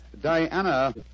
Diana